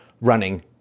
running